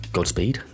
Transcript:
Godspeed